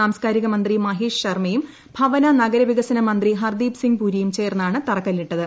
സാംസ്കാരിക മന്ത്രി മഹേഷ് ശർമ്മയും ഭവന നഗരവികസന മന്ത്രി ഹർദീപ്സിംഗ് പുരിയും ചേർന്നാണ് തറക്കല്ലിട്ടത്